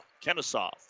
Kennesaw